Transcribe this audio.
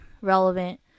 relevant